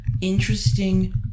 interesting